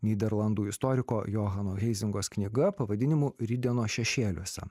nyderlandų istoriko johano heizingos knyga pavadinimu rytdienos šešėliuose